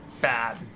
bad